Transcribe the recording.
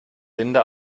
linda